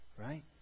right